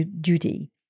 duty